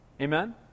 Amen